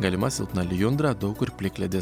galima silpna lijundra daug kur plikledis